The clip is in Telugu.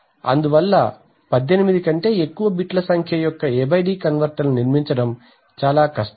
అందువల్ల 18 కంటే ఎక్కువ బిట్ల సంఖ్య యొక్క A D కన్వర్టర్లను నిర్మించడం చాలా కష్టం